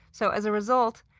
so, as a result,